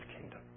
kingdom